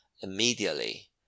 Immediately